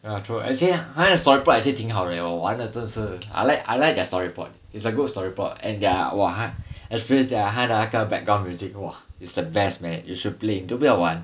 ya true actually 他的 story board actually 挺好 leh 我玩的真是 I like I like their storyboard it's a good story board and their !wah! experience 他的那个 background music !wah! is the best man you should play 你都不要玩